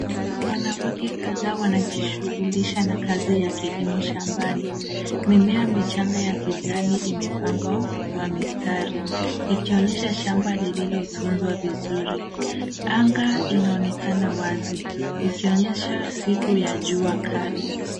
Wanawake kadhaa wanajishughulisha na kazi ya kilimo shambani. Mimea michanga kijani imepangwa kwa mistari ikionyesha shamba lililotunzwa vizuri. Anga inaonekana wazi ikionyesha siku ya jua kali.